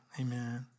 amen